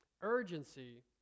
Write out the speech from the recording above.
urgency